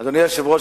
אדוני היושב-ראש,